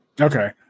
Okay